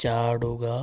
ചാടുക